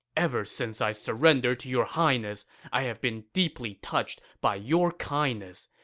ever since i surrendered to your highness, i have been deeply touched by your kindness.